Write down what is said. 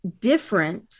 different